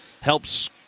helps